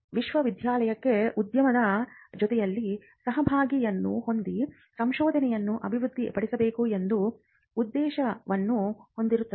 ವಿಶ್ವವಿದ್ಯಾನಿಲಯಕ್ಕೆ ಉದ್ಯಮದ ಜೊತೆಯಲ್ಲಿ ಸಹಭಾಗಿತ್ವವನ್ನು ಹೊಂದಿ ಸಂಶೋಧನೆಯನ್ನು ಅಭಿವೃದ್ಧಿಪಡಿಸಬೇಕು ಎಂಬ ಉದ್ದೇಶವನ್ನು ಹೊಂದಿರುತ್ತದೆ